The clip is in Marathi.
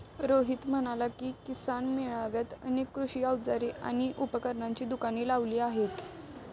रोहित म्हणाला की, किसान मेळ्यात अनेक कृषी अवजारे आणि उपकरणांची दुकाने लावली आहेत